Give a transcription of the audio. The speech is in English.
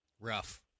Rough